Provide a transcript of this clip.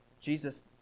Jesus